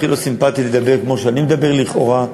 הכי לא סימפתי לדבר כמו שאני מדבר לכאורה.